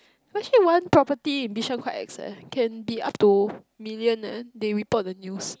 actually one property in Bishan quite ex eh can be up to million eh they report the news